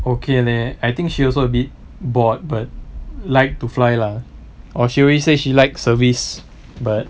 okay leh I think she also a bit bored but like to fly lah or she always say she liked service but